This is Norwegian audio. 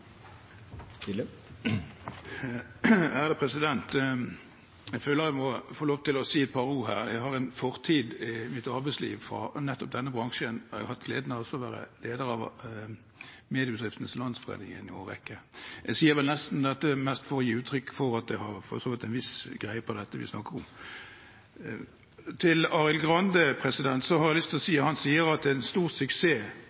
Jeg føler jeg må få lov til å si et par ord her. Jeg har en fortid i mitt arbeidsliv fra nettopp denne bransjen, og jeg har også hatt gleden av å være leder av Mediebedriftenes Landsforening i en årrekke. Jeg sier vel dette mest for å gi uttrykk for at jeg for så vidt har en viss greie på det vi snakker om. Til Arild Grande har jeg lyst til å